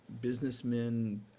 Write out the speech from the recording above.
businessmen